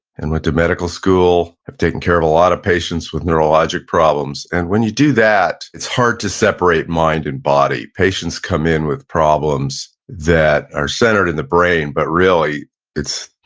and went to medical school, have taken care of a lot of patients with neurologic problems, and when you do that it's hard to separate mind and body. patients come in with problems that are centered in the brain but really it's,